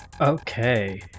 okay